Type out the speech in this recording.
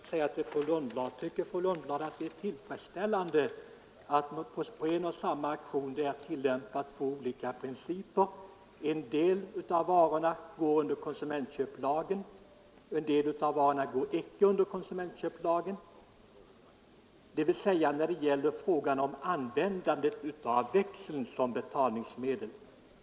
Herr talman! Tycker fru Lundblad att det är tillfredsställande att man på en och samma auktion tillämpar två olika principer — en del varor går under konsumentköplagen, medan andra inte gör det när det gäller användande av växeln som betalningsmedel.